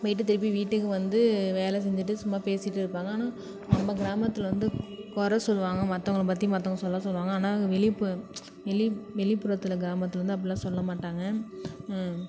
போயிட்டு திருப்பி வீட்டுக்கு வந்து வேலை செஞ்சுட்டு சும்மா பேசிகிட்டு இருப்பாங்க ஆனால் நம்ம கிராமத்தில் வந்து கொறை சொல்லுவாங்க மற்றவங்கள பற்றி மற்றவங்க சொல்ல சொல்லுவாங்க ஆனால் வெளிப்பு வெளி வெளிப்புறத்தில் கிராமத்தில் வந்து அப்படிலாம் சொல்ல மாட்டாங்க